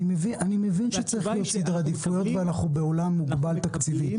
אני רוצה להיות סדר עדיפות ואנחנו בעולם מוגבל תקציבית.